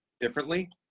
differently